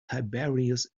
tiberius